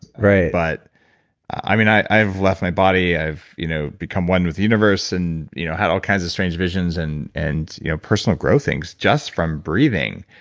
but i've i've left my body i've you know become one with the universe and you know had all kinds of strange visions and and you know personal growth things just from breathing,